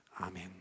Amen